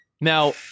Now